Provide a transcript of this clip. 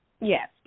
Yes